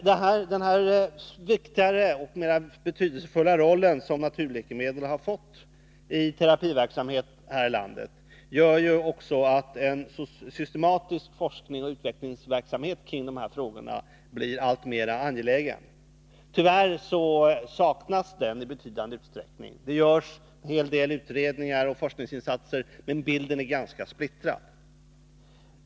Denna mer betydelsefulla roll som naturläkemedlen har fått i terapiverksamheten här i landet gör också att ett systematiskt forskningsoch utvecklingsarbete i vad gäller dessa frågor blir alltmer angeläget. Tyvärr saknas det i betydande utsträckning. Det görs en hel del utredningar och forskningsinsatser, men bilden är ganska splittrad.